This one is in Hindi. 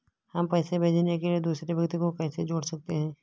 हम पैसे भेजने के लिए दूसरे व्यक्ति को कैसे जोड़ सकते हैं?